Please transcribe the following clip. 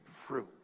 fruit